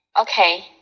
Okay